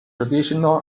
traditional